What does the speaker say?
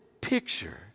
picture